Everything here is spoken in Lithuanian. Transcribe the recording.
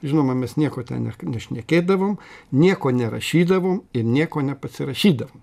žinoma mes nieko ten ne nešnekėdavom nieko nerašydavom ir nieko nepasirašydavom